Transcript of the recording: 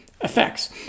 effects